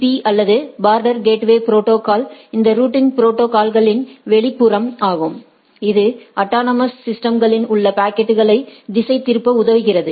பீ அல்லது border gateway protocols இந்த routing ப்ரோடோகால்ஸ்களின் வெளிப்புறம் ஆகும் இது அட்டானமஸ் சிஸ்டம்ஸ்களில் உள்ள பாக்கெட்களை திசைதிருப்ப உதவுகிறது